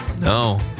No